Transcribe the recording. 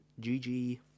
GG